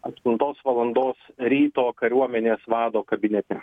aštuntos valandos ryto kariuomenės vado kabinete